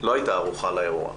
לא הייתה ערוכה לאירוע.